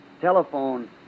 telephone